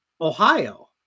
Ohio